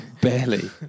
Barely